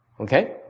Okay